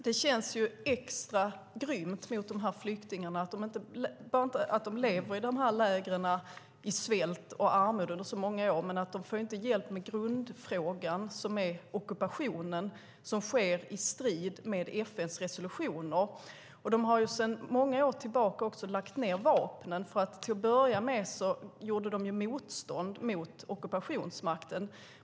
Det känns extra grymt mot de här flyktingarna, som levt i dessa läger i svält och armod under så många år, att de inte får hjälp med grundfrågan, ockupationen, som sker i strid med FN:s resolutioner. De har sedan många år tillbaka också lagt ned vapnen. Till att börja med gjorde de motstånd mot ockupationsmakten.